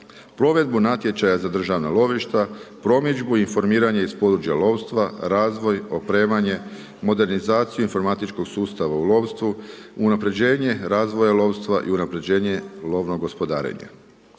provedbu natječaja za državna lovišta, promidžba informiranje iz područja lovstva, razvoj, opremanje, modernizaciju informatičkog sustava u lovstvu, unapređenje, razvoja lovstva i unapređenje lovnog gospodarenja.